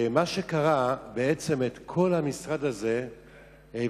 מה שקרה הוא שבעצם את כל המשרד הזה העבירו,